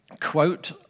quote